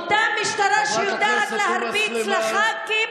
אותה משטרה שיודעת להרביץ לח"כים,